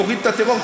תוריד את הטרור,